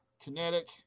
kinetic